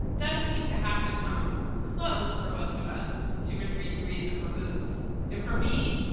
does seem to have to come close for most of us, two or three degrees of remove it for me.